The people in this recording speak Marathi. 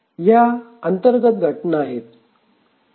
या अंतर्गत घटना आहेत